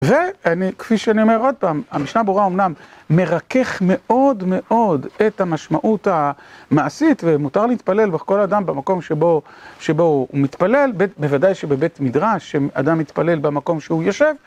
ואני, כפי שאני אומר עוד פעם, המשנה הברורה אומנם מרכך מאוד מאוד את המשמעות המעשית, ומותר להתפלל בכל אדם במקום שבו שבו הוא מתפלל, בוודאי שבבית מדרש, שאדם יתפלל במקום שהוא יושב.